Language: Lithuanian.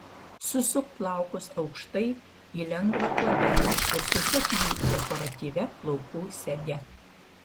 susuk plaukus aukštai į lengvą kuodelį ir susek jį dekoratyvia plaukų sege